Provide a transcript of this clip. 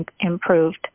improved